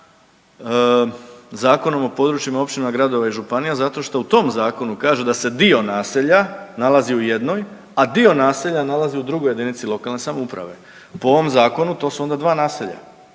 Zakonom o područjima općina, gradova i županija zato što u tom zakonu kaže da se dio naselja nalazi u jednoj, a dio naselja nalazi u drugoj JLS. Po ovom zakonu to su onda dva naselja,